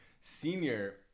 senior